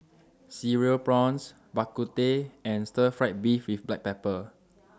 Cereal Prawns Bak Kut Teh and Stir Fried Beef with Black Pepper